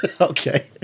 Okay